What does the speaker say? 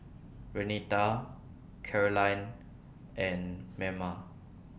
Renita Karolyn and Merna